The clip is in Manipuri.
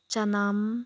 ꯆꯅꯝ